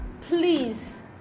please